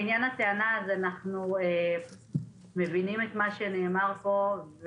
לעניין הטענה, אנחנו מבינים את מה שנאמר פה.